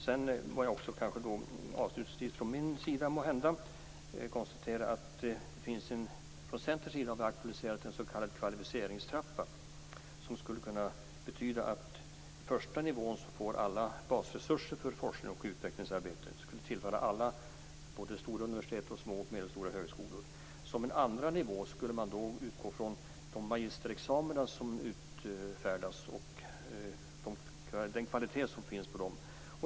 Sedan vill jag avslutningsvis konstatera att vi i Centern har aktualiserat en s.k. kvalificeringstrappa som skulle kunna betyda att i första nivån får alla basresurser för forskning och utvecklingsarbete. Det skulle tillfalla alla, både stora universitet och små och medelstora högskolor. Som en andra nivå skulle man utgå från de magisterexamina som utfärdas och den kvalitet som finns på dem.